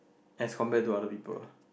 as compare to other people